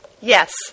Yes